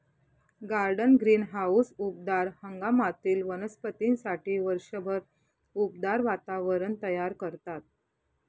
garden greenhouse उबदार हंगामातील वनस्पतींसाठी वर्षभर उबदार वातावरण तयार करतात